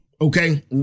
okay